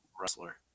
Wrestler